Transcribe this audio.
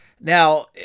Now